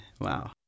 Wow